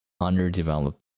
underdeveloped